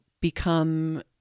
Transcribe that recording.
become